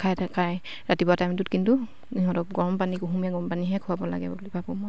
খাই থাকে খায় ৰাতিপুৱ টাইমটোত কিন্তু সিহঁতক গৰমপানী কুহুমীয়া গৰমপানীহে খোৱাব লাগে বুলি ভাবোঁ মই